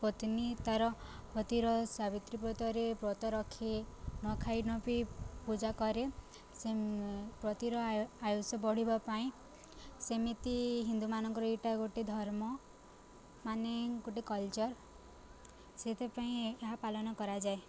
ପତ୍ନୀ ତା'ର ପତିର ସାବିତ୍ରୀ ବ୍ରତରେ ବ୍ରତ ରଖେ ନଖାଇ ନ ପିଇ ପୂଜା କରେ ସେ ପତିର ଆ ଆୟୁଷ ବଢ଼ିବା ପାଇଁ ସେମିତି ହିନ୍ଦୁମାନଙ୍କର ଏଇଟା ଗୋଟେ ଧର୍ମ ମାନେ ଗୋଟେ କଲଚର୍ ସେଥିପାଇଁ ଏହା ପାଳନ କରାଯାଏ